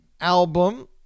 album